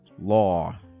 law